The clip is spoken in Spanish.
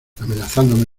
amenazándome